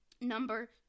number